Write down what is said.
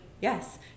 yes